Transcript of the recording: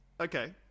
Okay